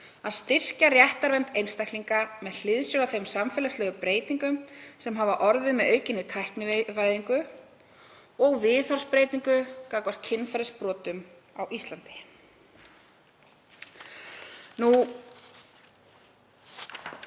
að styrkja réttarvernd einstaklinga með hliðsjón af þeim samfélagslegu breytingum sem hafa orðið með aukinni tæknivæðingu og viðhorfsbreytingu gagnvart kynferðisbrotum á Íslandi.